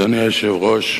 אדוני היושב-ראש,